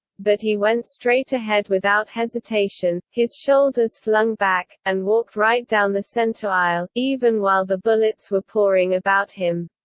but he went straight ahead without hesitation, his shoulders flung back, and walked right down the centre aisle, even while the bullets were pouring about him.